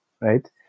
right